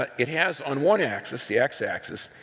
but it has on one axis, the x-axis,